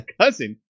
cousin